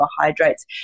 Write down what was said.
carbohydrates